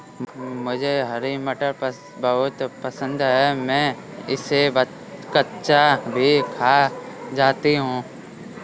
मुझे हरी मटर बहुत पसंद है मैं इसे कच्चा भी खा जाती हूं